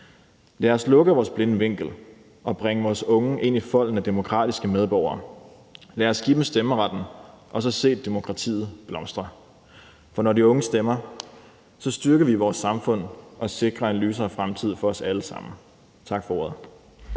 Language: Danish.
Lad os lukke vores blinde vinkel og bringe vores unge ind i folden af demokratiske medborgere. Lad os give dem stemmeret og så se demokratiet blomstre. For når de unge stemmer, styrker vi vores samfund og sikrer en lysere fremtid for os alle sammen. Tak for ordet.